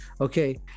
okay